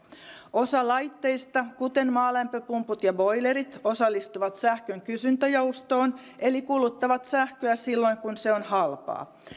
osa laitteista kuten maalämpöpumput ja boilerit osallistuu sähkön kysyntäjoustoon eli kuluttaa sähköä silloin kun se on halpaa